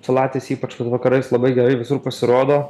salatis ypač vat vakarais labai gerai visur pasirodo